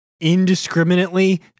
indiscriminately